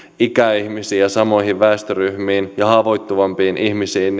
ikäihmisiin ja samoihin väestöryhmiin ja haavoittuvampiin ihmisiin